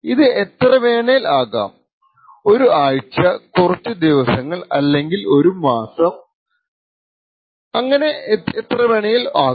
ഇത് എത്രെ വേണേൽ ആകാംഒരു ആഴ്ചകുറച്ചു ദിവസങ്ങൾ അല്ലെങ്കിൽ ഒരു മാസം പോലുമാകാം